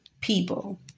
people